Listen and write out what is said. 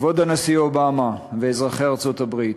כבוד הנשיא אובמה ואזרחי ארצות-הברית,